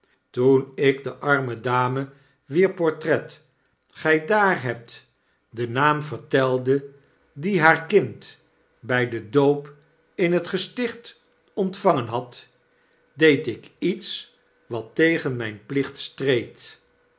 toen ik de arme dame wier portret g daar hebt den naam verdickens juffrouw zdrriper en geen uitweg telde dien haar kind by den doop in het gesticht ontvangen had deed ik lets wat tegen mijn plicht streed